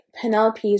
Penelope's